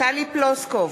טלי פלוסקוב,